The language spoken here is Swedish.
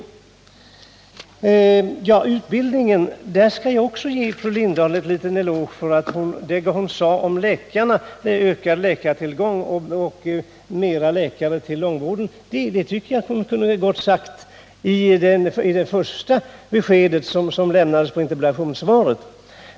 När det gäller utbildningen skall jag ge fru Lindahl en eloge för det hon sade om ökad läkartillgång och mera läkare till långvården. Det tycker jag att hon gott kunde ha sagt redan i interpellationssvaret.